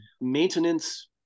Maintenance